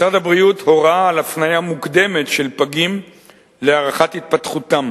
משרד הבריאות הורה על הפניה מוקדמת של פגים להערכת התפתחותם